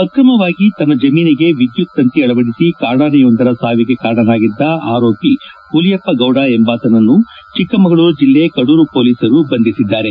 ಅಕ್ರಮವಾಗಿ ತನ್ನ ಜಮೀನಿಗೆ ವಿದ್ಯುತ್ ತಂತಿ ಅಳವಡಿಸಿ ಕಾಡಾನೆಯೊಂದರ ಸಾವಿಗೆ ಕಾರಣನಾಗಿದ್ದ ಆರೋಪಿ ಹುಲಿಯಪ್ಪಗೌಡ ಎಂಬಾತನನ್ನು ಚಿಕ್ಕಮಗಳೂರು ಜಿಲ್ಲೆ ಕಡೂರು ಪೊಲೀಸರು ಬಂಧಿಸಿದ್ದಾರೆ